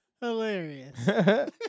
Hilarious